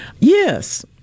Yes